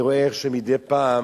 1, ואני רואה איך שמדי פעם